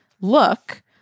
look